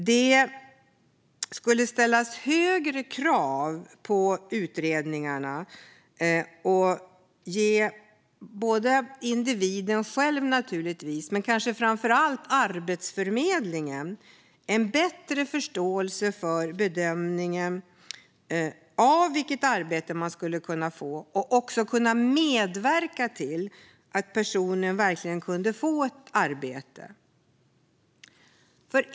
Det skulle ställa högre krav på utredningarna och ge både individen och inte minst Arbetsförmedlingen en bättre förståelse för vilket arbete den sökande kan ta så att Arbetsförmedlingen också kan medverka till att den sökande verkligen får ett arbete.